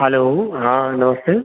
hello हाँ नमस्ते